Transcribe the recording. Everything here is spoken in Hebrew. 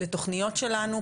לתוכניות שלנו,